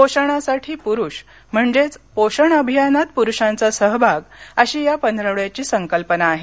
पोषणासाठी पुरूष म्हणजेच पोषण अभियानात पुरूषांचा सहभाग अशी या पंधरवड्याची संकल्पना आहे